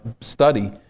study